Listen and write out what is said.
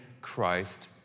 Christ